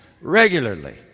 regularly